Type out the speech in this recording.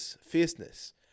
fierceness